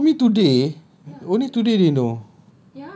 ya you told me today only today they know